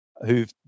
who've